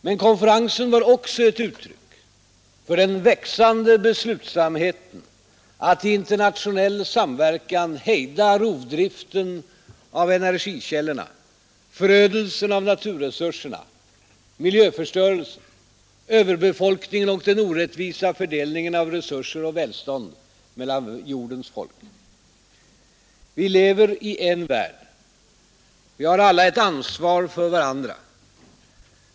Men konferensen var också ett uttryck för den växande beslutsamheten att i internationell samverkan hejda rovdriften av energikällorna, förödelsen av naturresurserna, miljöförstörelsen, överbefolkningen och den orättvisa fördelningen av resurser och välstånd mellan jordens folk. Vi lever i en värld. Vi har alla ett ansvar för varandra.